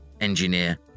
Engineer